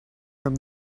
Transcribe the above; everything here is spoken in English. from